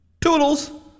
Toodles